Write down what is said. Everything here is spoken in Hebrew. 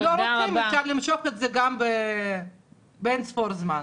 אם לא רוצים אפשר למשוך את זה גם באין ספור זמן.